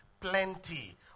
plenty